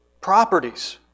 properties